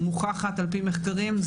מוכחת על פי מחקרים,